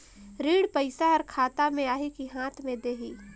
ऋण पइसा हर खाता मे आही की हाथ मे देही?